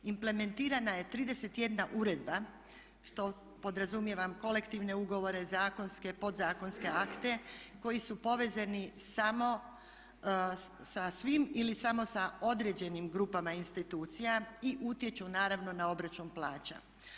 Implementirana je 31 uredba, to podrazumijevam kolektivne ugovore, zakonske, podzakonske akte koji su povezani sa svim ili samo sa određenim grupama institucija i utječu naravno na obračun plaća.